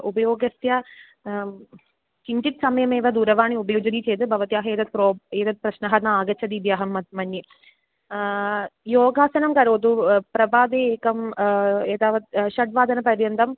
उपयोगस्य किञ्चित् समयमेव दूरवाणी उपयुज्यति चेत् भवत्याः एतत् प्रोब् एतत् प्रश्नः न आगच्छति इति अहं मतं मन्ये योगासनं करोतु प्रभाते एकं एतावत् षड्वादनपर्यन्तं